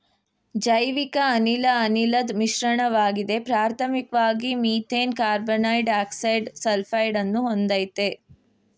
ಜೈವಿಕಅನಿಲ ಅನಿಲದ್ ಮಿಶ್ರಣವಾಗಿದೆ ಪ್ರಾಥಮಿಕ್ವಾಗಿ ಮೀಥೇನ್ ಕಾರ್ಬನ್ಡೈಯಾಕ್ಸೈಡ ಸಲ್ಫೈಡನ್ನು ಹೊಂದಯ್ತೆ